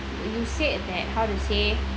you said that how to say